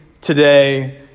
today